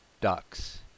ducks